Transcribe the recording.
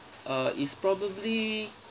uh is probably